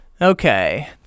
Okay